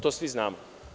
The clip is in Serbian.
To svi znamo.